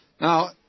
Now